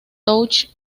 touch